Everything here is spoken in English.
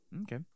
Okay